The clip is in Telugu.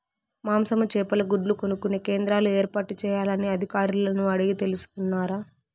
మాంసము, చేపలు, గుడ్లు కొనుక్కొనే కేంద్రాలు ఏర్పాటు చేయాలని అధికారులను అడిగి తెలుసుకున్నారా?